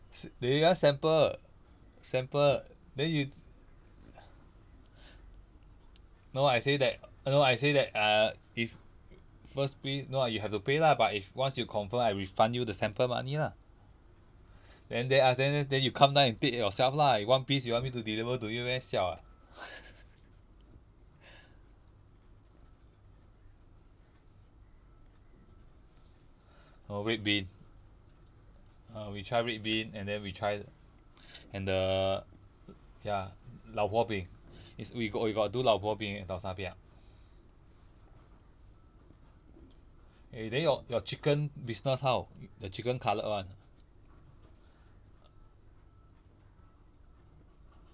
s~ they want sample sample then you no I say that no I say that err if first piece no you have to pay lah but if once you confirm I refund you the sample money lah then they ask then then then you come down and take it yourself lah you one piece you want me to deliver to you meh siao ah err red bean err we try red bean and then we try and the ya 老婆餅 is we got we got do 老婆餅 and tau sa piah eh then your your chicken business how your chicken cutlet one